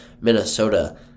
Minnesota